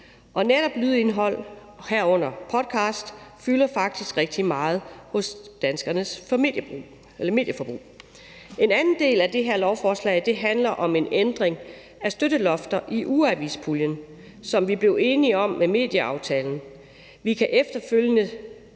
og netop lydindhold, herunder podcast, fylder faktisk rigtig meget i danskernesmedieforbrug. En anden del af det her lovforslag handler om en ændring af støttelofter i ugeavispuljen, som vi blev enige om med medieaftalen. Vi har efterfølgende